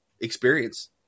experience